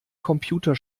computer